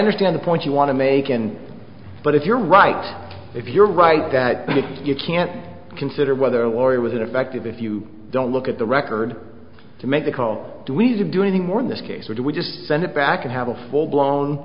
understand the point you want to make and but if you're right if you're right that you can't consider whether a lawyer was ineffective if you don't look at the record to make the call do ease of doing more in this case or do we just send it back and have a full blown